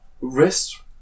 Rest